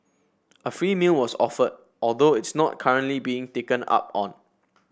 a free meal was offered although it's not currently being taken up on